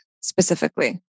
specifically